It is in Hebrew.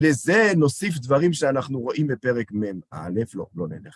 לזה נוסיף דברים שאנחנו רואים בפרק מ״א, לא, לא נלך.